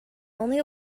only